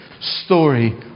story